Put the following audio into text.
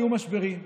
היו משברים,